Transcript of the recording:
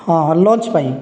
ହଁ ଲଞ୍ଚ୍ ପାଇଁ